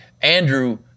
Andrew